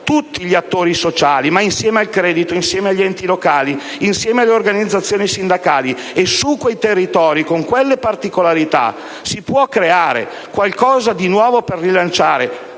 tutti gli attori sociali insieme al credito, insieme agli enti locali, insieme alle organizzazioni sindacali, su quei territori, con quelle particolarità, si può creare qualcosa di nuovo per rilanciare,